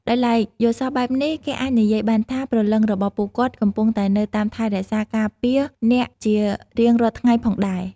ដោយឡែក យល់សប្តិបែបនេះ គេអាចនិយាយបានថា ព្រលឹងរបស់ពួកគាត់ កំពុងតែនៅតាមថែរក្សា ការពារអ្នកជារៀងរាល់ថ្ងៃផងដែរ ។